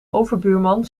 overbuurman